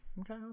Okay